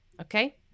Okay